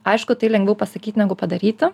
aišku tai lengviau pasakyti negu padaryti